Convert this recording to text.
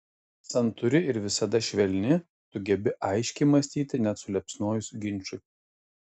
santūri ir visada švelni tu gebi aiškiai mąstyti net suliepsnojus ginčui